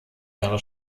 jahre